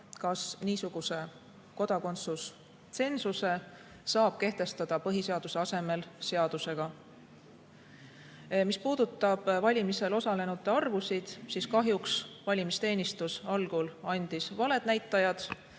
kas niisuguse kodakondsustsensuse saab kehtestada põhiseaduse asemel seadusega. Mis puudutab valimisel osalenute arvu, siis kahjuks valimisteenistus algul andis valed näitajad.